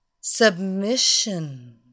Submission